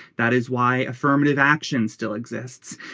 that is why affirmative action still exists.